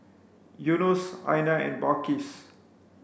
Yunos Aina and Balqis